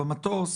במטוס,